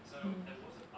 mm